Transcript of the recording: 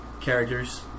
characters